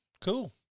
Cool